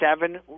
seven